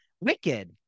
Wicked